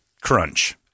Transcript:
crunch